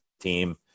team